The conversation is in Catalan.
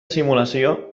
simulació